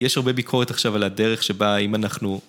יש הרבה ביקורת עכשיו על הדרך שבה אם אנחנו...